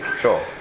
Sure